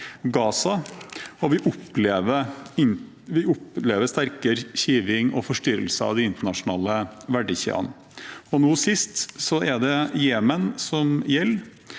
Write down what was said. Og vi opplever sterkere kiving og forstyrrelse av de internasjonale verdikjedene. Nå sist er det Jemen det gjelder.